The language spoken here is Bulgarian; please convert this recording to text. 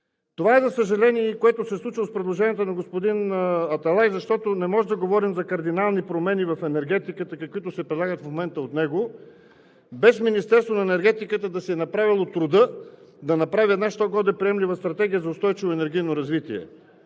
Това е, за съжаление, и което се случва с предложенията на господин Аталай, защото не можем да говорим за кардинални промени в енергетиката, каквито се предлагат в момента от него, без Министерството на енергетиката да си е направило труда да направи една що-годе приемлива Стратегия за устойчиво енергийно развитие.